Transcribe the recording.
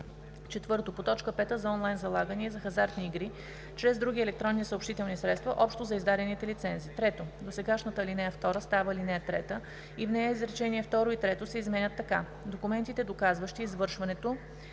4. по т. 5 за онлайн залагания и за хазартни игри чрез други електронни съобщителни средства – общо за издадените лицензи.“ 3. Досегашната ал. 2 става ал. 3 и в нея изречения второ и трето се изменят така: „Документите, доказващи извършването